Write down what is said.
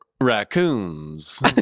raccoons